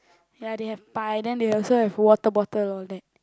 ya they have pie then they also have water bottle all that